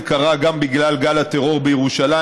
זה קרה גם בגלל גל הטרור בירושלים,